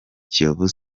kiyovu